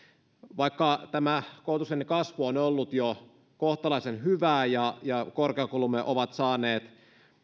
vaikka tämä koulutusviennin kasvu on on ollut jo kohtalaisen hyvää ja ja korkeakoulumme ovat saaneet